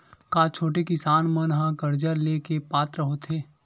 का छोटे किसान मन हा कर्जा ले के पात्र होथे?